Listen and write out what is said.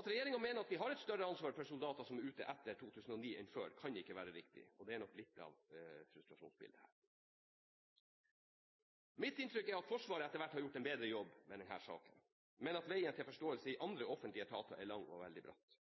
At regjeringen mener at vi har et større ansvar for soldater som er ute i tjeneste etter 2010 enn for dem som var ute før, kan ikke være riktig, og det er nok litt av frustrasjonsbildet her. Mitt inntrykk er at Forsvaret etter hvert har gjort en bedre jobb med denne saken, men at veien til forståelse i andre offentlige etater er lang og veldig bratt.